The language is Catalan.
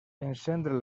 encendre